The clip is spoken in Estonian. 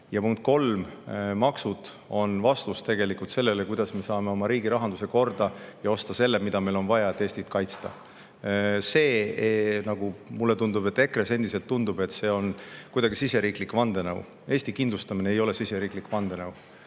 Punkt kolm. Maksud on vastus sellele, kuidas me saame oma riigirahanduse korda ja osta seda, mida meil on vaja, et Eestit kaitsta. Mulle tundub, et EKRE‑s endiselt [arvatakse], et see on kuidagi siseriiklik vandenõu. Eesti kindlustamine ei ole siseriiklik vandenõu.